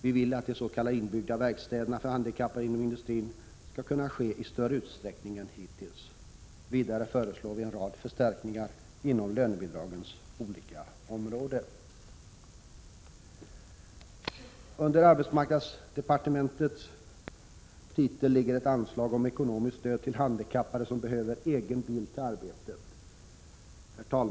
Vi vill att de s.k. inbyggda verkstäderna för handikappade inom industrin skall komma till stånd i större utsträckning än hittills. Vidare föreslår vi en rad förstärkningar inom lönebidragens olika områden. Herr talman! Under arbetsmarknadsdepartementets titel ligger ett anslag om ekonomiskt stöd till handikappade som behöver egen bil till arbetet.